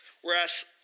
Whereas